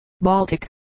Baltic